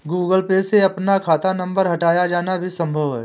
Google Pay से अपना खाता नंबर हटाया जाना भी संभव है